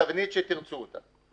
את הנתון אם יתבקש בתבנית שתרצו אותה.